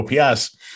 OPS